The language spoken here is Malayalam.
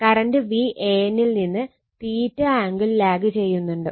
കറണ്ട് Van ൽ നിന്ന് ആംഗിൾ ലാഗ് ചെയ്യുന്നുണ്ട്